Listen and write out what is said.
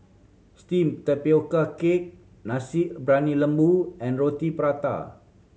steamed tapioca cake Nasi Briyani Lembu and Roti Prata